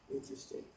Interesting